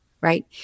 right